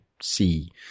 see